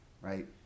right